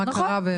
מה קרה מאז?